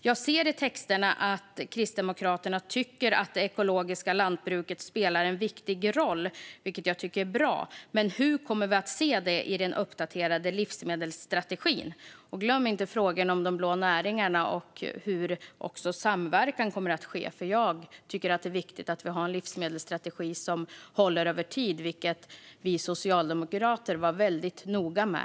Jag ser i texterna att Kristdemokraterna tycker att det ekologiska lantbruket spelar en viktig roll, vilket jag tycker är bra, men hur kommer vi att se det i den uppdaterade livsmedelsstrategin? Glöm inte heller frågorna om de blå näringarna och hur samverkan kommer att ske! Jag tycker att det är viktigt att vi har en livsmedelsstrategi som håller över tid, vilket vi socialdemokrater var väldigt noga med.